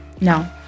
No